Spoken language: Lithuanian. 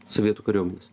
sovietų kariuomenės